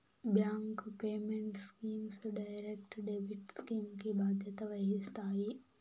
bank payment schemes direct debit scheme కి బాధ్యత వహిస్తాయి